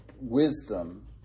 wisdom